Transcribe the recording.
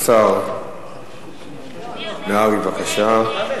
השר נהרי, בבקשה.